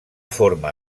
forma